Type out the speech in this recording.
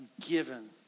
given